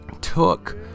took